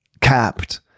capped